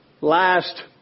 last